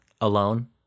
alone